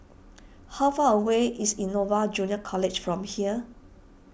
how far away is Innova Junior College from here